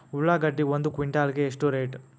ಉಳ್ಳಾಗಡ್ಡಿ ಒಂದು ಕ್ವಿಂಟಾಲ್ ಗೆ ಎಷ್ಟು ರೇಟು?